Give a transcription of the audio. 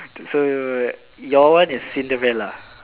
so your one is Cinderella